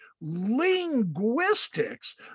linguistics